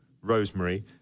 Rosemary